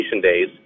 days